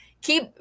keep